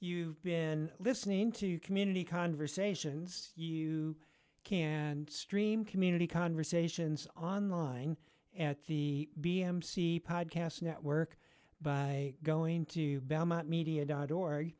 you've been listening to community conversations you can stream community conversations online at the b m c podcast network by going to belmont media dot org